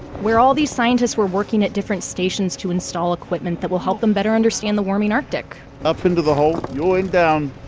where all these scientists were working at different stations to install equipment that will help them better understand the warming arctic up into the hole. going down,